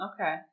Okay